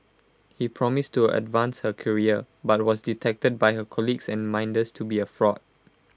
he promised to advance her career but was detected by her colleagues and minders to be A fraud